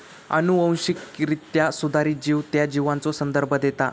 अनुवांशिकरित्या सुधारित जीव त्या जीवाचो संदर्भ देता